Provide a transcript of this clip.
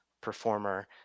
performer